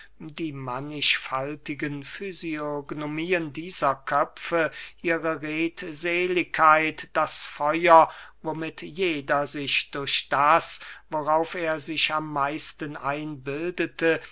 die mannigfaltigen fysionomien dieser köpfe ihre redseligkeit das feuer womit jeder sich durch das worauf er sich am meisten einbildete